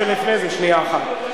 לפני זה, שנייה אחת.